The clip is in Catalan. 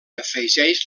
afegeix